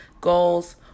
goals